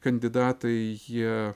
kandidatai jie